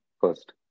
first